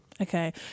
Okay